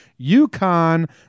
UConn